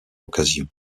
occasion